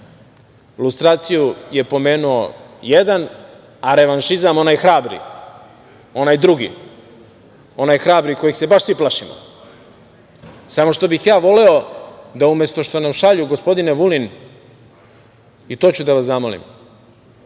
Lustraciju je pomenuo jedan, a revanšizam onaj hrabri, onaj drugi, onaj hrabri kojih se baš svi plašimo, samo što bih ja voleo da umesto što nam šalju, gospodine Vulin, i to ću da vas zamolim,